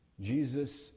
Jesus